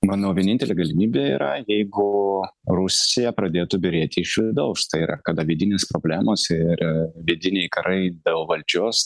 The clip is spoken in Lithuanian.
manau vienintelė galimybė yra jeigu rusija pradėtų byrėti iš vidaus tai yra kada vidinės problemos ir vidiniai karai dėl valdžios